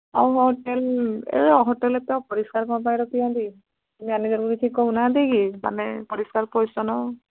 ଆଉ ହୋଟେଲ ଏ ହୋଟେଲ ତ ପରିଷ୍କାର ପିଅନ୍ତି ମ୍ୟାନେଜର୍କୁ ବି ଠିକ୍ କହୁନାହାନ୍ତି କି ମାନେ ପରିଷ୍କାର ପରିଚ୍ଛନ୍ନ